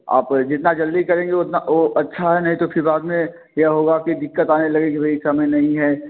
आप जितना जल्दी करेंगे उतना ओ अच्छा है नहीं तो फिर उसके बाद में क्या होगा कि दिक़्क़त आने लगेगी कि भाई समय नहीं है